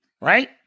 Right